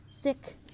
sick